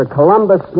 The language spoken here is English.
Columbus